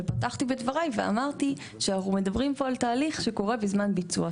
ופתחתי בדבריי ואמרתי שאנחנו מדברים פה על תהליך שקורה בזמן ביצוע.